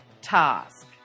task